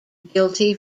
guilty